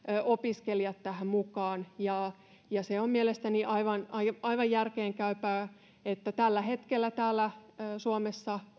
opiskelijat tähän mukaan se on mielestäni aivan aivan järkeenkäypää ja järkevää että tällä hetkellä täällä suomessa